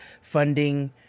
funding